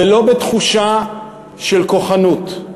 ולא בתחושה של כוחנות.